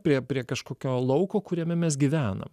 prie prie kažkokio lauko kuriame mes gyvenam